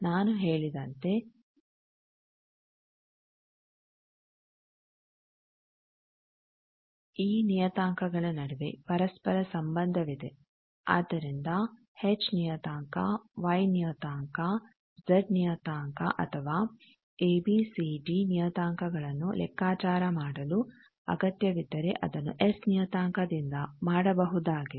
ನಾನು ಹೇಳಿದಂತೆ ಈ ನಿಯತಾಂಕಗಳ ನಡುವೆ ಪರಸ್ಪರ ಸಂಬಂಧವಿದೆ ಆದ್ದರಿಂದ ಎಚ್ ನಿಯತಾಂಕ ವೈ ನಿಯತಾಂಕ ಜೆಡ್ ನಿಯತಾಂಕ ಅಥವಾ ಎ ಬಿ ಸಿ ಡಿ ನಿಯತಾಂಕಗಳನ್ನು ಲೆಕ್ಕಾಚಾರ ಮಾಡಲು ಅಗತ್ಯವಿದ್ದರೆ ಅದನ್ನು ಎಸ್ ನಿಯತಾಂಕದಿಂದ ಮಾಡಬಹುದಾಗಿದೆ